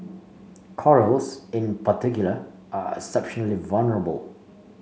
corals in particular are exceptionally vulnerable